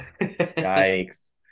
Yikes